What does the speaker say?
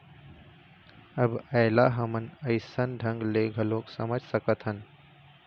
अब ऐला हमन अइसन ढंग ले घलोक समझ सकथन